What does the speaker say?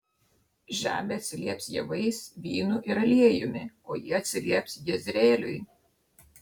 žemė atsilieps javais vynu ir aliejumi o jie atsilieps jezreeliui